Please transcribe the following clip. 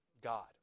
God